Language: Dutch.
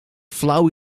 flauw